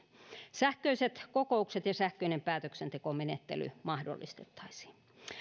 sähköiset kokoukset ja sähköinen päätöksentekomenettely mahdollistettaisiin